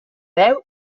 veu